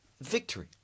victory